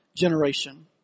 Generation